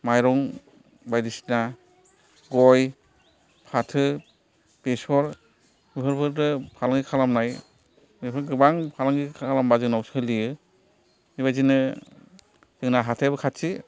माइरं बायदिसिना गय फाथो बेसर बेफोरखौथ' फालांगि खालामनाय बेफोर गोबां फालांगि खालामबा जोंनाव सोलियो बेबायदिनो जोंना हाथायाबो खाथि